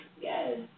Yes